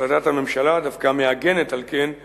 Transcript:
החלטת הממשלה דווקא מעגנת, על כן,